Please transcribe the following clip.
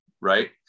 Right